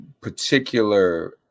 particular